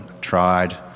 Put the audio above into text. tried